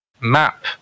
map